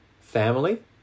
Family